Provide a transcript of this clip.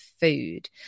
food